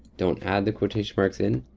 don't add the quotation marks in.